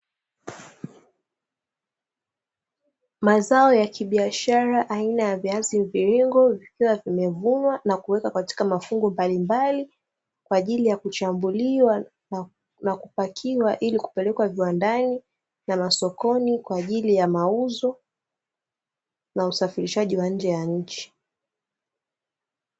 Mazao ya kibiashara aina ya viazi mviringo vikiwa vimevunwa na kuwekewa katika mafungu mbalimbali, kwa ajili ya kuchambuliwa na kupakiwa ili kupelekwa viwandani na masokoni kwa ajili ya mauzo na usafirishaji wa nje ya nchi.